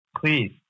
please